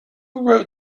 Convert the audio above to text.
wrote